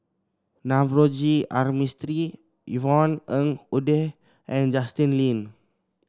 Navroji R Mistri Yvonne Ng Uhde and Justin Lean